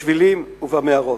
בשבילים ובמערות.